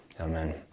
Amen